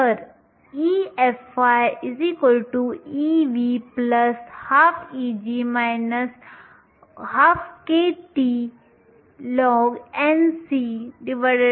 तर EFi Ev 12Eg 12kTln NcNv